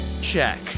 check